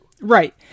Right